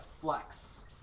flex